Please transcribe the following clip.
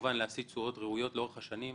וגם להשיא תשואות ראויות לאורך השנים,